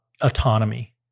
autonomy